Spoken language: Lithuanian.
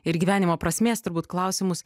ir gyvenimo prasmės turbūt klausimus